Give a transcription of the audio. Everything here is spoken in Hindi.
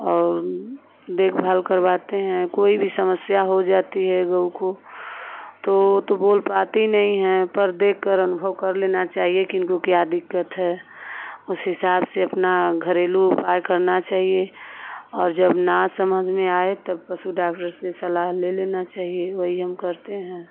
और देखभाल करवाते हैं कोई भी समस्या हो जाती है गौ को तो वो तो बोल पाती नहीं हैं पर देखकर अनुभव कर लेना चाहिए कि इनको क्या दिक्कत है उस हिसाब से अपना घरेलू उपाय करना चैहिए और जब न समझ में आए तब पशु डाक्टर से सलाह ले लेना चाहिए वही हम करते हैं